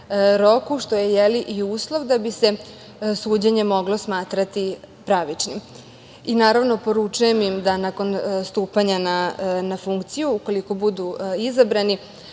toku, što je i uslov da bi se suđenje moglo smatrati pravičnim. Naravno, poručujem im da nakon stupanja na funkciju, ukoliko budu izabrani,